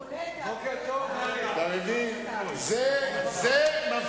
אני פונה אל השר אדלשטיין, איזו סיטואציה